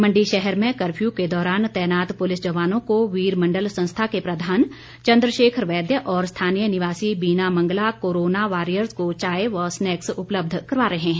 मंडी शहर में कर्फ्यू के दौरान तैनात पुलिस जवानों को वीर मंडल संस्था के प्रधान चन्द्रशेखर वैद्य और स्थानीय निवासी बीना मंगला कोराना वॉरियर्स को चाय व स्नैक्स उपलब्ध करा रहे हैं